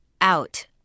out